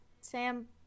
Sam